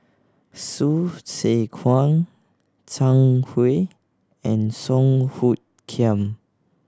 Hsu Tse Kwang Zhang Hui and Song Hoot Kiam